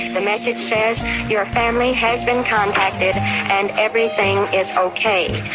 the message says your family has been contacted and everything is okay.